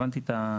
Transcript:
הבנתי את,